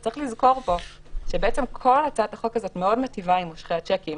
וצריך לזכור פה שכל הצעת החוק הזאת מאוד מיטיבה עם מושכי השיקים,